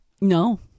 no